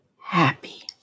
happy